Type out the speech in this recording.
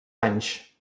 anys